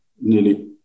nearly